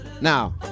Now